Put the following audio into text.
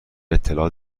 اطلاع